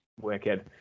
Wicked